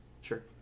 Sure